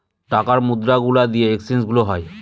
টাকার মুদ্রা গুলা দিয়ে এক্সচেঞ্জ গুলো হয়